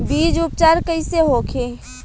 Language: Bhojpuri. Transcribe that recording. बीज उपचार कइसे होखे?